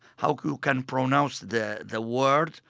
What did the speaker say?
how you can pronounce the the word.